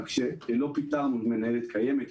לא פיטרנו מנהלת קיימת.